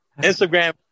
Instagram